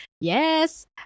Yes